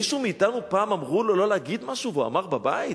מישהו מאתנו פעם אמרו לו לא להגיד משהו והוא אמר בבית,